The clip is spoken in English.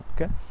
okay